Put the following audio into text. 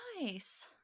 nice